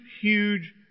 huge